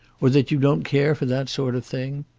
or that you don't care for that sort of thing?